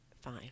fine